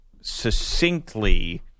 succinctly